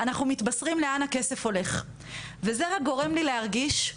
אנחנו מתבשרים לאן הכסף הולך וזה רק גורם לי להרגיש,